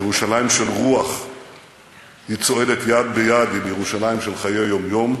ירושלים של רוח צועדת יד ביד עם ירושלים של חיי היום-יום,